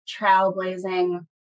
trailblazing